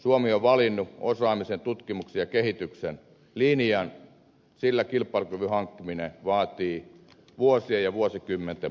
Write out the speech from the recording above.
suomi on valinnut osaamisen tutkimuksen ja kehityksen linjan sillä kilpailukyvyn hankkiminen vaatii vuosien ja vuosikymmenten panostuksia